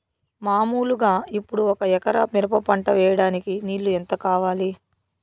మామూలుగా ఇప్పుడు ఒక ఎకరా మిరప పంట వేయడానికి నీళ్లు ఎంత కావాలి?